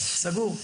סגור.